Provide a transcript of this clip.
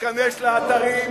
תיכנס לאתרים,